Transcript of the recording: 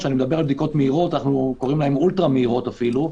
אנחנו קוראים לבדיקות האלה אולטרה מהירות אפילו,